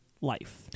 life